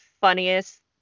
funniest